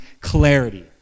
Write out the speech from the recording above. clarity